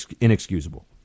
inexcusable